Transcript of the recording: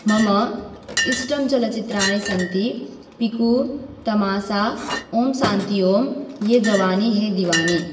मम इष्टं चलच्चित्राणि सन्ति पिकु तमासा ओं शान्ति ओं ये जवानि हे दिवानि